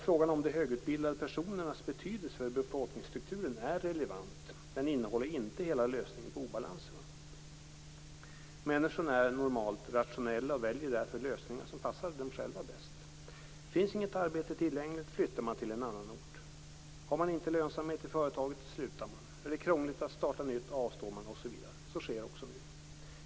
Frågan om de högutbildade personernas betydelse för befolkningsstrukturen är relevant men innehåller inte hela lösningen på obalanserna. Människor är normalt rationella och väljer därför de lösningar som passar dem själva bäst. Finns det inget arbete tillgängligt flyttar man till en annan ort. Har man inte lönsamhet i företaget slutar man. Är det krångligt att starta nytt avstår man osv. Så sker också nu.